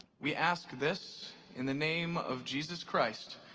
we ask this in the name of jesus christ,